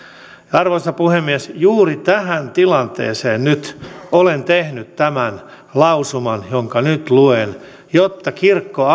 arvoisa puhemies juuri tähän tilanteeseen olen tehnyt tämän lausuman jonka nyt luen jotta kirkko